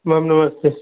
ma'am नमस्ते